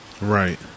Right